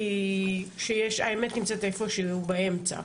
היא שהאמת נמצאת איפשהו באמצע,